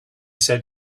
said